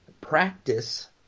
practice